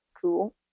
Cool